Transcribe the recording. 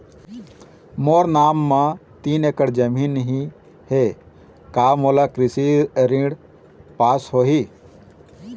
मोर नाम म तीन एकड़ जमीन ही का मोला कृषि ऋण पाहां होही?